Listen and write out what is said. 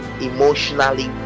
emotionally